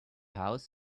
house